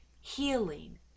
healing